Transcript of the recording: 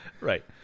right